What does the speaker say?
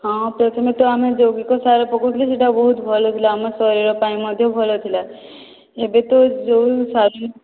ହଁ ଟେକନିକ ଆମେ ଜୈବିକ ସାର ପକାଉଥିଲୁ ସେହିଟା ବହୁତ ଭଲ ଥିଲା ଆମ ଶରୀର ପାଇଁ ମଧ୍ୟ ଭଲ ଥିଲା ଏବେ ତ ଯେଉଁ ସାର